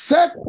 Set